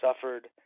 suffered